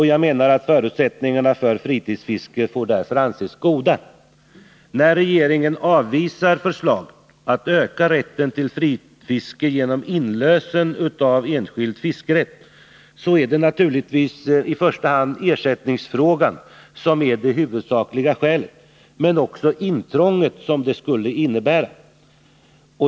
Jag menar att förutsättningarna för fritidsfisket därför får anses goda. När regeringen avvisar förslaget att öka rätten till fritidsfiske genom inlösen av enskild fiskerätt är det naturligtvis i första hand ersättningsfrågan som är det huvudsakliga skälet, men också det intrång det skulle innebära.